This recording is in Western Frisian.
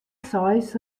seis